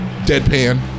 deadpan